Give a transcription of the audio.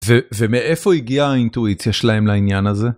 ומאיפה הגיעה האינטואיציה שלהם לעניין הזה?